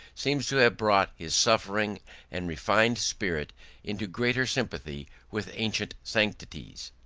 seems to have brought his suffering and refined spirit into greater sympathy with ancient sanctities.